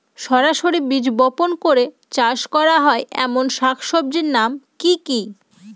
সরাসরি বীজ বপন করে চাষ করা হয় এমন শাকসবজির নাম কি কী?